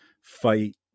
fight